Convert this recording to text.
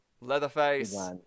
Leatherface